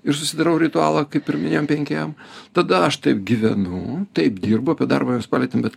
ir susidariau ritualą kaip ir minėjom penkiem tada aš taip gyvenu taip dirbu apie darbą irs palietėme bet